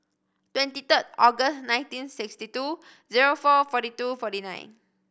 twenty third August nineteen sixty two zero four forty two forty nine